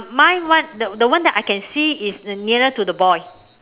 mine what the the one that I can see is nearer to the boy